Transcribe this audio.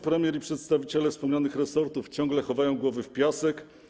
Premier i przedstawiciele wspomnianych resortów ciągle chowają głowy w piasek.